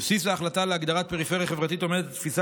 בבסיס ההחלטה להגדרת פריפריה חברתית עומדת התפיסה